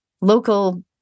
local